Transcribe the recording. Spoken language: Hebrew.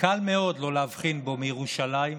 קל מאוד לא להבחין בו מירושלים,